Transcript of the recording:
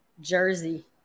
jersey